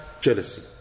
jealousy